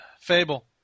Fable